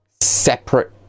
separate